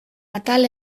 atal